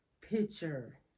picture